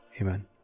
Amen